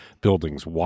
buildings